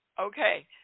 Okay